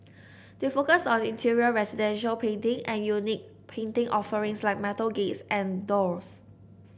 they focus on interior residential painting and unique painting offerings like metal gates and doors